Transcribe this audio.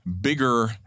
bigger